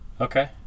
okay